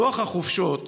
לוח החופשות,